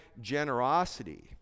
generosity